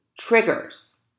Triggers